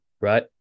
right